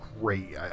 great